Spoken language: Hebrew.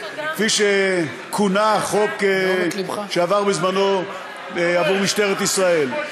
כפי שכונה החוק שעבר בזמנו עבור משטרת ישראל.